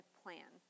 plan